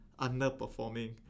underperforming